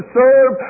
serve